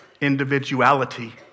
individuality